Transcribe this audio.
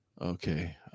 Okay